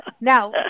now